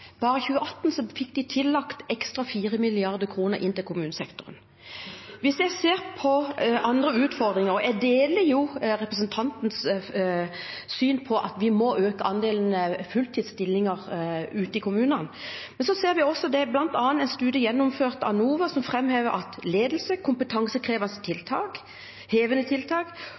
Bare i 2018 fikk de tillagt 4 mrd. kr ekstra i kommunesektoren. Hvis jeg ser på andre utfordringer – jeg deler jo representantens syn på at vi må øke andelen fulltidsstillinger i kommunene – framhever bl.a. en studie gjennomført av NOVA, at ledelse, kompetansehevende tiltak